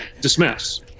dismiss